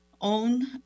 own